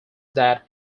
that